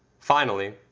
finally,